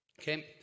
Okay